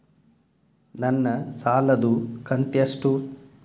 ನನ್ನ ಸಾಲದು ಕಂತ್ಯಷ್ಟು?